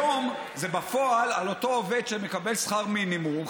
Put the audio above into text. היום זה בפועל על אותו עובד שמקבל שכר מינימום,